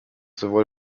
sowohl